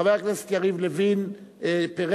חבר הכנסת יריב לוין פירט,